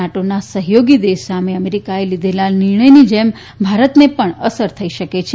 નાટોના સહયોગી દેશ સામે અમેરિકાએ લીધેલા નિર્ણયની જેમ ભારતને ણ અસર થઇ શકે છે